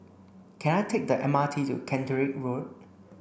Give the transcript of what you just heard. can I take the M R T to Caterick Road